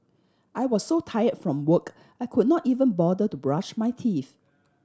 I was so tire from work I could not even bother to brush my teeth